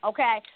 Okay